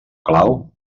clau